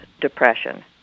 depression